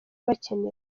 bakinira